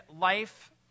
life